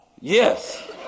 Yes